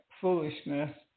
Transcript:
foolishness